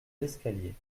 l’escalier